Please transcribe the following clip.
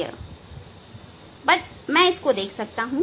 हां मैं देख सकता हूं